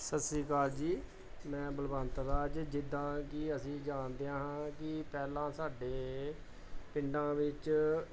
ਸਤਿ ਸ਼੍ਰੀ ਅਕਾਲ ਜੀ ਮੈਂ ਬਲਵੰਤ ਰਾਜ ਜਿੱਦਾਂ ਕਿ ਅਸੀਂ ਜਾਣਦੇ ਹਾਂ ਕਿ ਪਹਿਲਾਂ ਸਾਡੇ ਪਿੰਡਾਂ ਵਿੱਚ